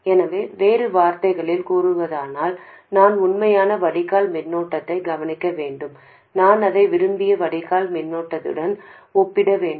எனவே வேறு வார்த்தைகளில் கூறுவதானால் நான் உண்மையான வடிகால் மின்னோட்டத்தை கவனிக்க வேண்டும் நான் அதை விரும்பிய வடிகால் மின்னோட்டத்துடன் ஒப்பிட வேண்டும்